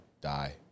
die